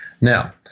Now